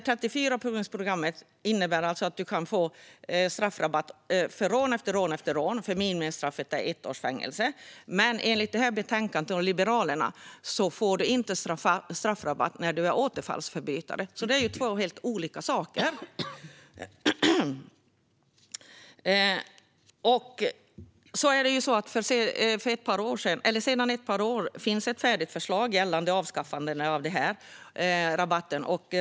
34-punktsprogrammet innebär alltså att man kan få straffrabatt för rån efter rån efter rån eftersom minimistraffet är ett års fängelse. Men enligt Liberalernas reservation i betänkandet får man inte straffrabatt när man är återfallsförbrytare. Det är ju två helt olika saker. Sedan ett par år finns det ett färdigt förslag gällande avskaffande av straffrabatten.